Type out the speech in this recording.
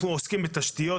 אנחנו עוסקים בתשתיות,